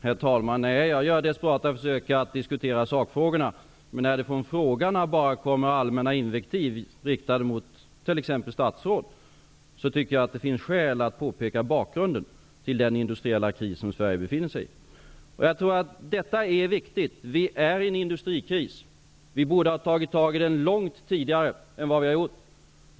Herr talman! Nej, jag gör desperata försök att diskutera sakfrågorna. Men när det från frågeställarna bara kommer allmänna invektiv riktade mot t.ex. statsråd, tycker jag att det finns skäl att påpeka bakgrunden till den industriella kris som Sverige befinner sig i. Jag tror att detta är viktigt. Vi befinner oss i en industrikris. Vi borde ha tagit tag i den långt tidigare än vad vi har gjort.